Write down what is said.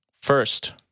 First